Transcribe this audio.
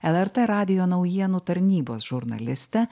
lrt radijo naujienų tarnybos žurnalistę